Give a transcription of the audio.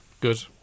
good